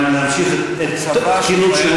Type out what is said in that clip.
להמשיך את שירותם.